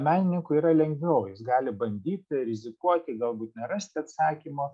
menininkui yra lengviau jis gali bandyti rizikuoti galbūt nerasti atsakymo